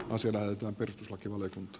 vedetään takaisin